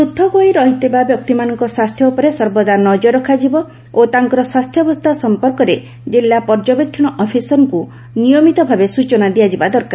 ପୃଥକ ହୋଇଥିବା ବ୍ୟକ୍ତିଙ୍କର ସ୍ୱାସ୍ଥ୍ୟ ଉପରେ ସର୍ବଦା ନଜର ରଖାଯିବ ଓ ତାଙ୍କର ସ୍ୱାସ୍ଥ୍ୟାବସ୍ଥା ସଂପର୍କରେ ଜିଲ୍ଲା ପର୍ଯ୍ୟବେକ୍ଷଣ ଅଫିସରଙ୍କୁ ନିୟମିତ ଭାବେ ସୂଚନା ଦିଆଯିବା ଦରକାର